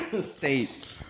state